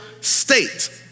state